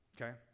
Okay